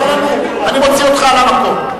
אני מוציא אותך על המקום.